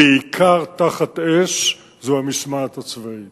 בעיקר תחת אש, זה המשמעת הצבאית.